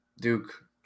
Duke